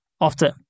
often